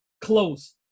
close